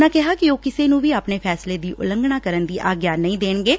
ਉਨ੍ਹਾਂ ਕਿਹਾ ਕਿ ਉਹ ਕਿਸੇ ਨੂੰ ਵੀ ਆਪਣੇ ਫੈਸਲੇ ਦੀ ਉਲੰਘਣਾ ਕਰਨ ਦੀ ਆਗਿਆ ਨਹੀ ਦੇਣਗੇ